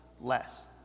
less